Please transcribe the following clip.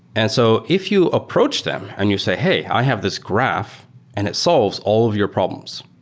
and so if you approach them and you say, hey, i have this graph and it solves all of your problems.